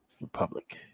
Republic